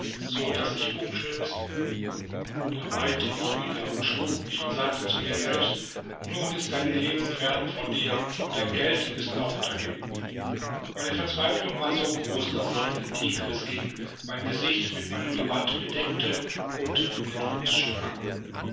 so daß ich umstürzte da weinte ich wieder und schlug mich und sagte zu mir selbst nun ist dein leben fern von dir und dein geld ist auch dahin meine verzweiflung war so groß daß ich an den tigris ging mein gesicht mit meinem gewand bedeckte und in den fluß sprang